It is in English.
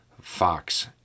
Fox